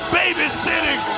babysitting